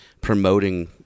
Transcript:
promoting